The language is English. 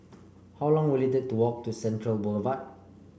how long will it take to walk to Central Boulevard